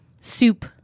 soup